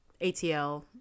ATL